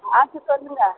பார்த்து சொல்லுங்கள்